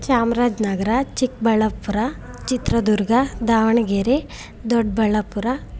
Chamaraja Nagar Chikkaballapur Chitradurga Davanagere Doddaballapura